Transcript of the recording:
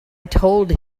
told